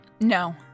No